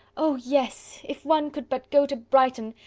oh, yes if one could but go to brighton!